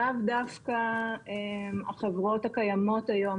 לאו דווקא החברות הקיימות היום,